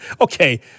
Okay